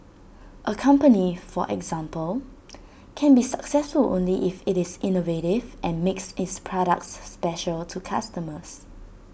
A company for example can be successful only if IT is innovative and makes its products special to customers